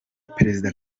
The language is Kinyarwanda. perezida